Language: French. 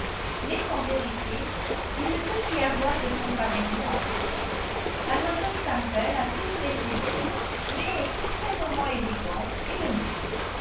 mais en vérité il ne peut y avoir de comparaison entre elles mlle campbell a toujours été laide mais extrêmement élégante et aimable